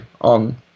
on